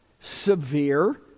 severe